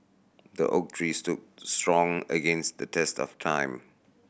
the oak tree stood strong against the test of time